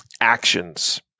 actions